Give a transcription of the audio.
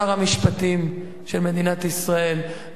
שר המשפטים של מדינת ישראל,